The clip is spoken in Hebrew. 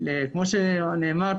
כמו שנאמר,